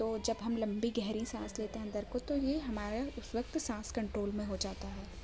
تو جب ہم لمبی گہری سانس لیتے ہیں اندر کو تو یہ ہمارا اس وقت سانس کنٹرول میں ہو جاتا ہے